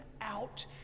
out